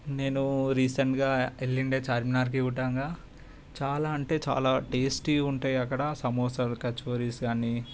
నేను రీసెంట్గా వెళ్ళిండే చార్మినార్కి కూడంగా చాలా అంటే చాలా టేస్టీగా ఉంటాయి అక్కడ సమోసాలు కచోరీస్ కాని